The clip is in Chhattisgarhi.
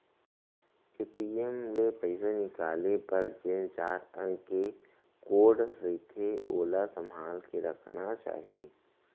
ए.टी.एम ले पइसा निकाले बर जेन चार अंक के कोड रथे ओला संभाल के रखना चाही